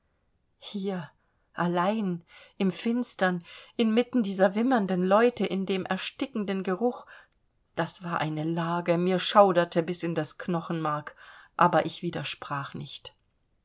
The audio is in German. hier allein im finstern inmitten dieser wimmernden leute in dem erstickenden geruch das war eine lage mir schauderte bis in das knochenmark aber ich widersprach nicht